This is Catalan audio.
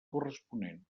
corresponent